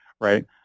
right